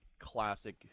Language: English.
classic